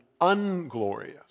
unglorious